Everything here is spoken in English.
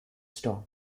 storm